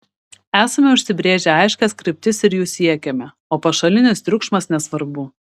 esame užsibrėžę aiškias kryptis ir jų siekiame o pašalinis triukšmas nesvarbu